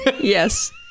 Yes